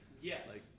Yes